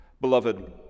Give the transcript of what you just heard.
Beloved